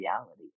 reality